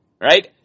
right